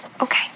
Okay